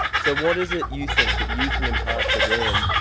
so what is it you think that you can impart to them?